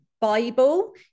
Bible